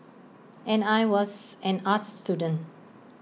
and I was an arts student